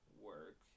work